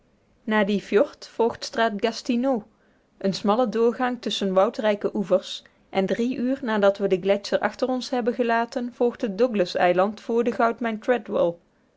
na dien fjord volgt straat gastineaux een nauwe doorgang tusschen woudrijke oevers en drie uren nadat we den gletscher achter ons hebben gelaten volgt het douglaseiland vr de